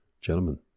Gentlemen